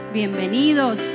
bienvenidos